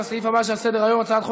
לסעיף הבא שעל סדר-היום: הצעת חוק